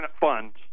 funds